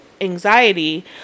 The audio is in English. anxiety